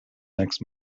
next